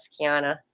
kiana